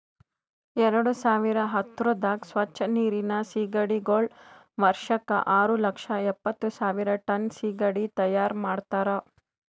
ಎರಡು ಸಾವಿರ ಹತ್ತುರದಾಗ್ ಸ್ವಚ್ ನೀರಿನ್ ಸೀಗಡಿಗೊಳ್ ವರ್ಷಕ್ ಆರು ಲಕ್ಷ ಎಪ್ಪತ್ತು ಸಾವಿರ್ ಟನ್ ಸೀಗಡಿ ತೈಯಾರ್ ಮಾಡ್ತಾರ